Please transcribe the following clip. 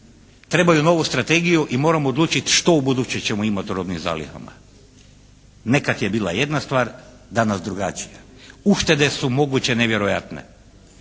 trebaju novu strategiju i moramo odlučiti što ubuduće ćemo imati u robnim zalihama. Nekad je bila jedna stvar, danas drugačija. Uštede su moguće nevjerojatne.